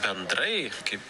bendrai kaip